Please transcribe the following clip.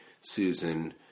Susan